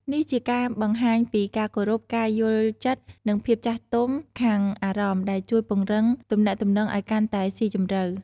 នេះជាការបង្ហាញពីការគោរព ការយល់ចិត្ត និងភាពចាស់ទុំខាងអារម្មណ៍ ដែលជួយពង្រឹងទំនាក់ទំនងឱ្យកាន់តែស៊ីជម្រៅ។